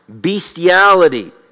bestiality